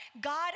God